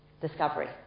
discovery